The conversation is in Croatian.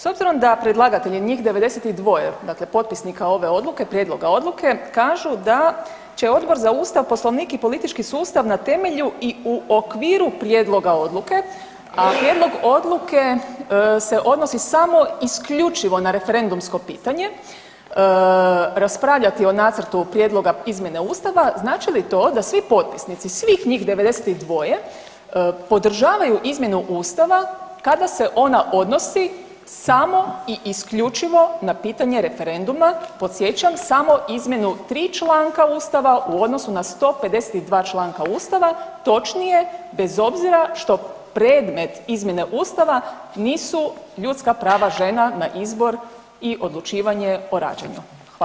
S obzirom da predlagatelji njih 92 dakle potpisnika ove odluke, prijedloga odluke kažu da će Odbor za Ustav, Poslovnik i politički sustav na temelju i u okviru prijedloga odluke, a prijedlog odluke se odnosi samo isključivo na referendumsko pitanje, raspravljati o nacrtu prijedloga izmjene Ustava, znači li to da svi potpisnici svih njih 92 podržavaju izmjenu Ustava kada se ona odnosi samo i isključivo na pitanje i referenduma podsjećam samo izmjenu 3 članka Ustava u odnosu na 152 članka Ustava, točnije bez obzira što predmet izmjene Ustava nisu ljudska prava žena na izbor i odlučivanje o rađanju.